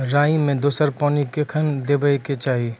राई मे दोसर पानी कखेन देबा के चाहि?